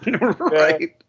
right